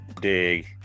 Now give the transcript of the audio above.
dig